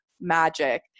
magic